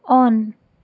on